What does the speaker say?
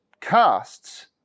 casts